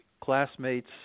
classmates